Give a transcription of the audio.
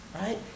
right